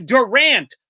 Durant